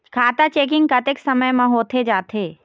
खाता चेकिंग कतेक समय म होथे जाथे?